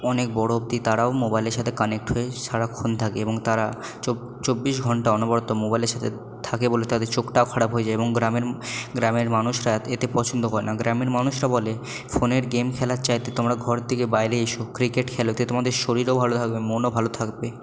অনেক বড়ো অবধি তারাও মোবাইলের সাথে কানেক্ট হয়ে সারাক্ষণ থাকে এবং তারা চব্বিশ ঘন্টা অনবরত মোবাইলের সাথে থাকে বলে তাদের চোখটাও খারাপ হয়ে যায় এবং গ্রামের গ্রামের মানুষরা এতে পছন্দ করে না গ্রামের মানুষরা বলে ফোনের গেম খেলার চাইতে তোমরা ঘর থেকে বাইরে এসো ক্রিকেট খেলো এতে তোমাদের শরীরও ভালো থাকবে মনও ভালো থাকবে